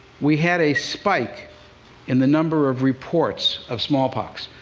we had a spike in the number of reports of smallpox.